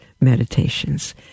meditations